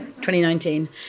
2019